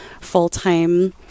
full-time